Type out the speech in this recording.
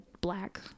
black